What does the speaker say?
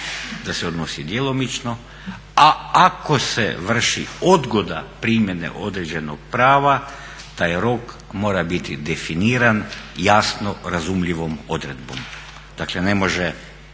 da se odnosi djelomično, a ako se vrši odgoda primjene određenog prava taj rok mora biti definiran jasno razumljivom odredbom. Dakle ne može,